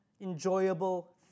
enjoyable